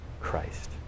Christ